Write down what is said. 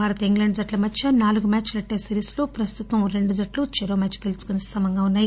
Bharat England జట్ల మధ్య నాలుగు మ్యాచ్ద టెస్టు సిరీస్ లో ప్రస్తుతం రెండు జట్టు చెరో మ్యాచ్ గెలుచుకుని సమంగా ఉన్నాయి